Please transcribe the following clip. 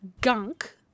gunk